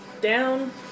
down